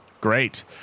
Great